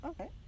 Okay